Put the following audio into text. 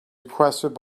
requested